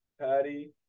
Patty